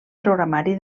programari